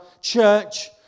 church